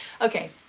Okay